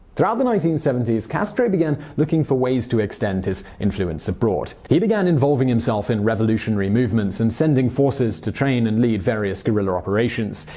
throughout the nineteen seventy s castro began looking for ways to extend his influence abroad. he began involving himself in revolutionary movements and sending forces to train and lead various guerrilla operations.